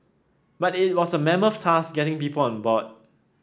but it was a mammoth task getting people on board